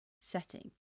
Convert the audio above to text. setting